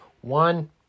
one